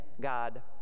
God